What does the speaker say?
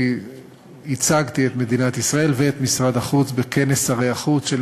כי ייצגתי את מדינת ישראל ואת משרד החוץ בכנס שרי החוץ של